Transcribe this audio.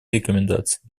рекомендаций